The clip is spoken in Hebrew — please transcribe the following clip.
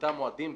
באותם מועדים,